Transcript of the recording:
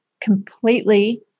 completely